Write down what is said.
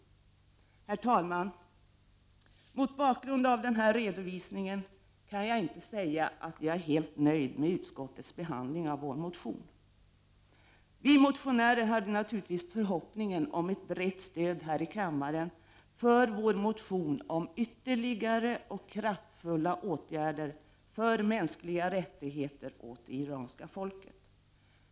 Herr talman! Mot bakgrund av den här redovisningen kan jag inte säga att jag är helt nöjd med utskottets behandling av vår motion. Vi motionärer hade naturligtvis förhoppningen att här i kammaren få ett brett stöd för vår motion om ytterligare och kraftfulla åtgärder för mänskliga rättigheter åt det iranska folket.